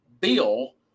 Bill